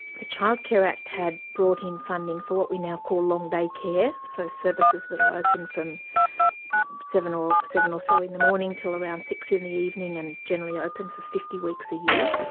the child care act had brought in funding for what we now call long day care, so services that are open from seven or seven or so in the morning till around six in the evening, and generally open for fifty weeks a year.